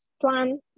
plan